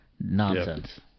Nonsense